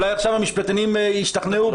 אולי עכשיו המשפטנים ישתכנעו.